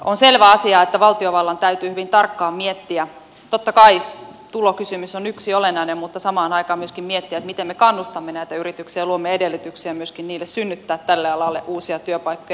on selvä asia että valtiovallan täytyy hyvin tarkkaan miettiä totta kai tulokysymys on yksi olennainen mutta samaan aikaan myöskin miettiä miten me kannustamme näitä yrityksiä ja myöskin luomme edellytyksiä niille synnyttää tälle alalle uusia työpaikkoja